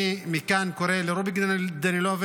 אני מכאן קורא לרוביק דנילוביץ'